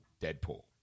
Deadpool